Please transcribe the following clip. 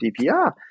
DPR